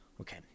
okay